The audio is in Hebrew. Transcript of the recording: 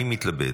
אני מתלבט.